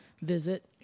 visit